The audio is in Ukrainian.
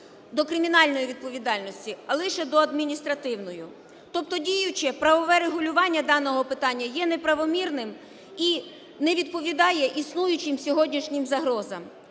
до кримінальної відповідальності, а лише до адміністративної. Тобто діюче правове регулювання даного питання є неправомірним і не відповідає існуючим сьогоднішнім загрозам.